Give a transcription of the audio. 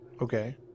Okay